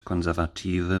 konservative